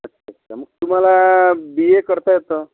अच्छा अच्छा मग तुम्हाला बी ए करता येतं